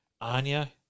Anya